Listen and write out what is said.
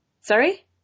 Sorry